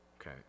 okay